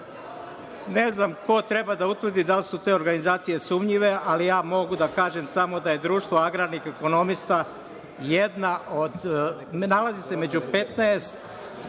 Ne znam ko treba da utvrdi da li su te organizacije sumnjive, ali mogu da kažem samo da se Društvo agrarnih ekonomista nalazi